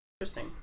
Interesting